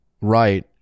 right